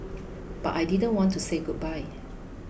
but I didn't want to say goodbye